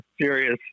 serious